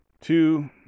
two